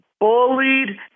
bullied